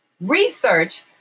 Research